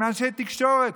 מאנשי תקשורת,